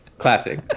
classic